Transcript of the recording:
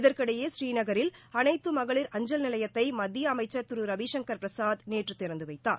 இதற்கிடையே ஸ்ரீநகரில் அனைத்து மகளிட் அஞ்கல் நிலையத்தை மத்திய அமைச்சா் திரு ரவிசங்கள் பிரசாத் நேற்று திறந்து வைத்தார்